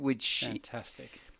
Fantastic